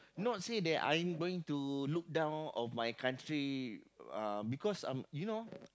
not say that I'm going to look down on my country uh because um you know